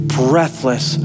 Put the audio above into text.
breathless